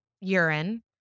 urine